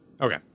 Okay